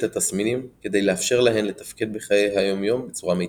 התסמינים כדי לאפשר להן לתפקד בחיי היום יום בצורה מיטבית